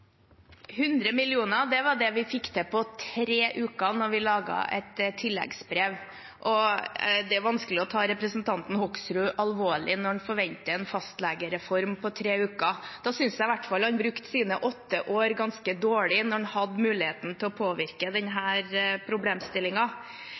100 mill. kr – det var det vi fikk til på tre uker da vi lagde et tilleggsbrev, og det er vanskelig å ta representanten Hoksrud alvorlig når han forventer en fastlegereform på tre uker. Da synes jeg i hvert fall han brukte sine åtte år ganske dårlig, da han hadde muligheten til å påvirke